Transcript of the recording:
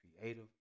Creative